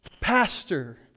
Pastor